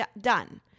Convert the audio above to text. done